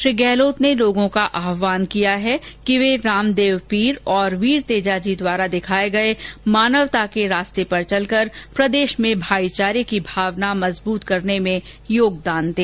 श्री गहलोत ने लोगों का आह्ववान किया कि वे रामदेव पीर और वीर तेजाजी द्वारा दिखाए गए मानवता के रास्ते पर चलकर प्रदेश में भाईचारे की भावना मज़बूत करने में योगदान दें